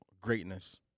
greatness